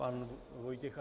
Pan Vojtěch